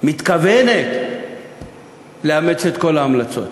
מתכוונת לאמץ את כל ההמלצות